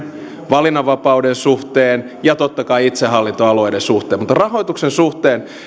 valinnanvapauden suhteen ja totta kai itsehallintoalueiden suhteen mutta rahoituksen suhteen